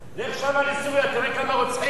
לך שמה, לסוריה, תראה כמה רוצחים.